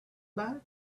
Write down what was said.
back